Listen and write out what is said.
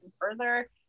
further